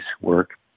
work